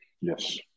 Yes